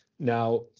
now